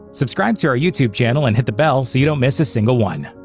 subscribe to our youtube channel and hit the bell so you don't miss a single one.